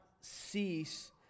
cease